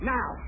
Now